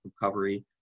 recovery